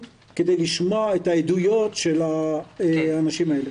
כדי לשמוע את העדויות של האנשים האלה.